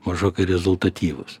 mažokai rezultatyvus